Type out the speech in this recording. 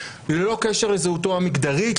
ללא קשר לזהותו המגדרית,